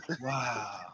Wow